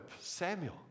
Samuel